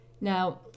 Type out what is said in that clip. Now